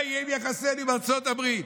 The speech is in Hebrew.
מה יהיה עם יחסינו עם ארצות הברית?